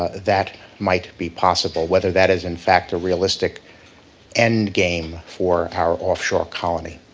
that might be possible, whether that is in fact a realistic end game for our offshore colony.